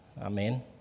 Amen